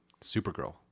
Supergirl